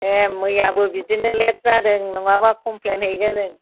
ए मैयाबो बिदिनो लेट जादों नङाबा कमप्लेन हैगोन जों